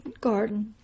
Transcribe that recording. garden